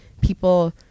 people